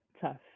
tough